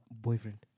boyfriend